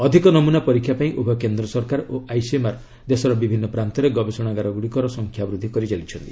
ଅଧିକ ନମୁନା ପରୀକ୍ଷା ପାଇଁ ଉଭୟ କେନ୍ଦ୍ର ସରକାର ଓ ଆଇସିଏମ୍ଆର୍ ଦେଶର ବିଭିନ୍ନ ପ୍ରାନ୍ତରେ ଗବେଷଣାଗାର ଗୁଡ଼ିକର ସଂଖ୍ୟା ବୃଦ୍ଧି କରିଚାଲିଛନ୍ତି